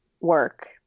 work